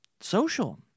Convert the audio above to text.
social